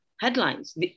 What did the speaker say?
headlines